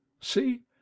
See